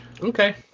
Okay